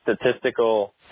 statistical –